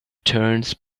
turns